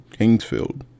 kingsfield